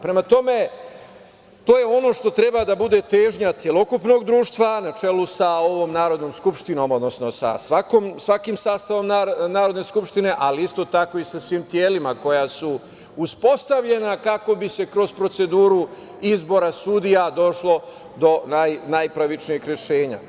Prema tome, to je ono što treba da bude težnja celokupnog društva, na čelu sa ovom Narodnom skupštinom, odnosno sa svakim sastavom Narodne skupštine, ali isto tako i sa svim telima koja su uspostavljena kako bi se kroz proceduru izbora sudija došlo do najpravičnijeg rešenja.